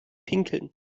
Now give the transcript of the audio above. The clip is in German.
pinkeln